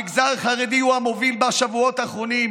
המגזר החרדי הוא המוביל בשבועות האחרונים